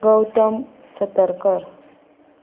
Gautam Satarkar